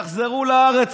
תחזרו לארץ,